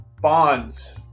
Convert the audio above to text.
Bonds